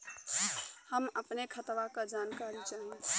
हम अपने खतवा क जानकारी चाही?